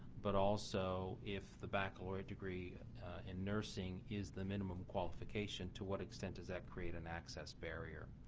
but also if the baccalaureate degree in nursing is the minimum qualification to what extent does that create an access barrier.